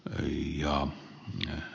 ääni ja miehiä ja